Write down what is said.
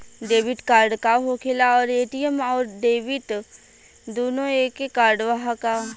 Debit card का होखेला और ए.टी.एम आउर डेबिट दुनों एके कार्डवा ह का?